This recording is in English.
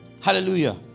Hallelujah